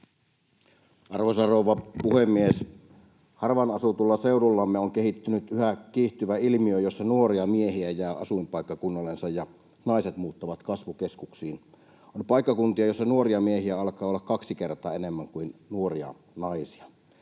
Arvoisa rouva puhemies! Harvaan asutulla seudullamme on kehittynyt yhä kiihtyvä ilmiö, jossa nuoria miehiä jää asuinpaikkakunnallensa ja naiset muuttavat kasvukeskuksiin. On paikkakuntia, joissa nuoria miehiä alkaa olla kaksi kertaa enemmän kuin nuoria naisia.